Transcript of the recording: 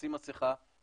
לשים מסכה,